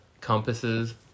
compasses